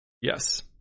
Yes